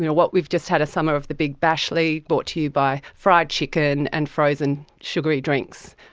you know what we've just had, a summer of the big bash league brought to you by fried chicken and frozen sugary drinks,